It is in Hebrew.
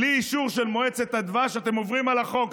בלי אישור של מועצת הדבש, אתם עוברים על החוק.